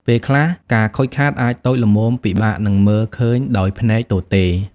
ពេលខ្លះ ការខូចខាតអាចតូចល្មមពិបាកនឹងមើលឃើញដោយភ្នែកទទេ។